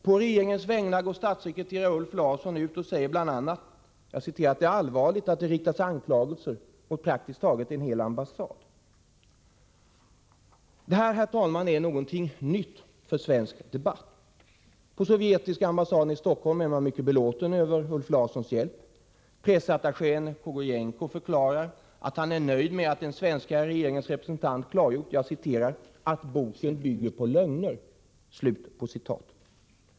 På regeringens vägnar går statssekreterare Ulf Larsson ut och säger bl.a. ”att det är allvarligt att det riktas anklagelser mot praktiskt taget en hel ambassad”. Det här, herr talman, är något nytt för svensk debatt. På sovjetiska ambassaden i Stockholm är man mycket belåten över Ulf Larssons hjälp. Pressattachén Kogojenko förklarar att han är nöjd med att den svenska regeringens representant klargjort ”att boken bygger på lögner”.